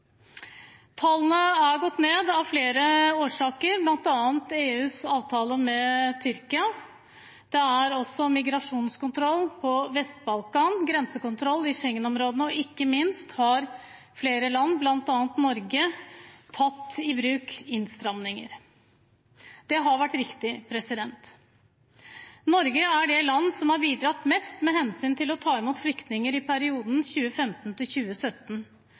Tallene er gått ned av flere årsaker, bl.a. EUs avtale med Tyrkia, migrasjonskontroll på Vest-Balkan og grensekontroll i Schengenområdet, og ikke minst har flere land, bl.a. Norge, tatt i bruk innstramminger. Det har vært riktig. Norge er det landet som har bidratt mest med hensyn til å ta imot flyktninger i perioden